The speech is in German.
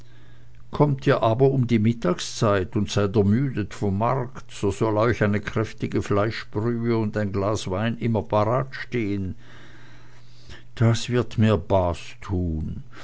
kommt ihr aber um die mittagszeit und seid ermüdet vom markt so soll euch eine kräftige fleischbrühe und ein glas wein immer parat stehen das wird mir baß tun